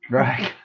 right